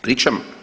pričam?